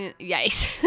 yikes